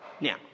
Now